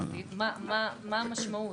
מה המשמעות?